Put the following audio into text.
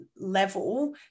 level